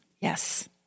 Yes